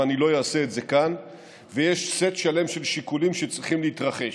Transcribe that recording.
ואני לא אעשה את זה כאן ויש סט שלם של שיקולים שצריכים להתרחש.